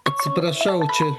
atsiprašau čia